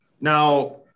Now